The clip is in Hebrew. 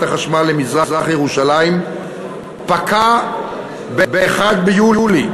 החשמל למזרח-ירושלים פקע ב-1 ביולי,